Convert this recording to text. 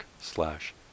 slash